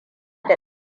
da